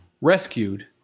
rescued